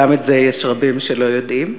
גם את זה יש רבים שלא יודעים,